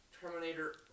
Terminator